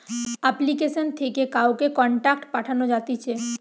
application থেকে কাউকে contact পাঠানো যাতিছে